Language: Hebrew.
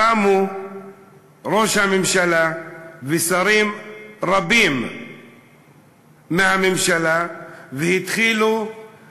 קמו ראש הממשלה ושרים רבים מהממשלה והתחילו בכל מיני